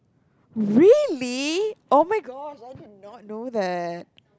really oh-my-gosh I did not know that